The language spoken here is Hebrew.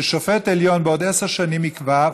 ששופט עליון בעוד עשר שנים יקבע,